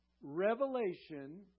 Revelation